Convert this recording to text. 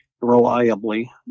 reliably